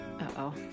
Uh-oh